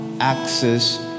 access